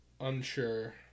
unsure